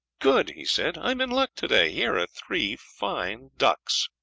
good! he said, i am in luck to-day here are three fine ducks.